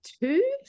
two